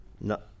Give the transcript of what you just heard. no